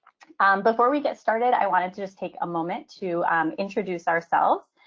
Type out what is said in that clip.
before we get started, i wanted to just take a moment to introduce ourselves